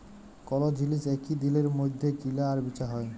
call জিলিস একই দিলের মইধ্যে কিলা আর বিচা হ্যয়